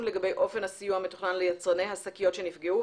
לגבי אופן הסיוע המתוכנן ליצרני השקיות שנפגעו.